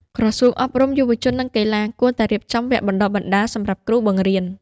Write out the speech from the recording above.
ក្រសួងអប់រំ យុវជន និងកីឡា គួរតែរៀបចំវគ្គបណ្តុះបណ្តាលសម្រាប់គ្រូបង្រៀន។